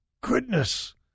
goodness